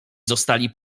zostali